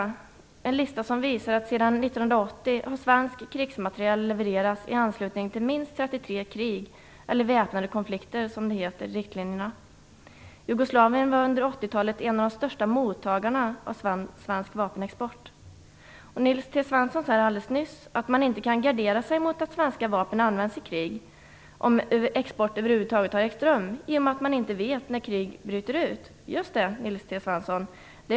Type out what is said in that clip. Den visar att svensk krigsmateriel sedan 1980 har levererats i anslutning till minst 33 krig, eller väpnade konflikter, som det heter i riktlinjerna. Jugoslavien var under 80-talet en av de största mottagarna av svensk vapenexport. Nils T Svensson sade alldeles nyss att man inte kan gardera sig mot att svenska vapen används i krig om export över huvud taget har ägt rum, i och med att man inte vet när krig bryter ut. Just det!